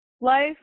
Life